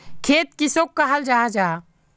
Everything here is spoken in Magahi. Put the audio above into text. खेत किसोक कहाल जाहा जाहा?